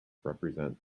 represent